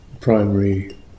primary